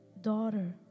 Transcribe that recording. Daughter